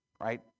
right